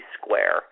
square